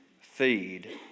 Feed